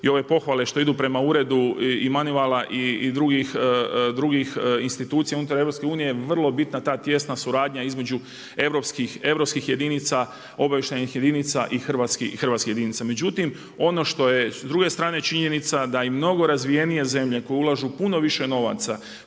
i ove pohvale što idu prema uredu i manivala i drugih institucija unutar EU vrlo je bitna ta tijesna suradnja između europskih jedinica, obavještajnih jedinica i hrvatskih jedinica. Međutim, ono što je s druge strane činjenica da i mnogo razvijenije zemlje koje ulažu puno više novaca,